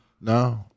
No